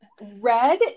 Red